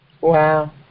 Wow